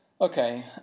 Okay